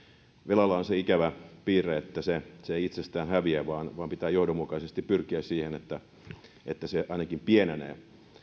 velalla on se ikävä piirre että se ei itsestään häviä vaan vaan pitää johdonmukaisesti pyrkiä siihen että että se ainakin pienenee